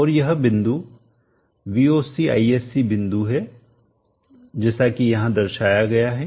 और यह बिंदु Voc Isc बिंदु है जैसा कि यहां दर्शाया गया है